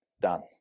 done